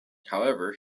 however